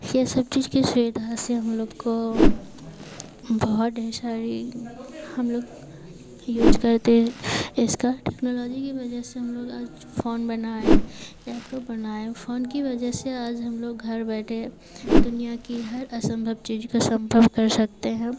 ये सब चीज़ की सुविधा से हम लोग को बहुत ढेर सारी हम लोग यूज़ करते हैं इसका टेक्नोलॉजी की वजह से हम लोग आज फ़ोन बनाए लैपटॉप बनाए फ़ोन की वजह से आज हम लोग घर बैठे दुनियाँ की हर असंभव चीज़ को संभव कर सकते हैं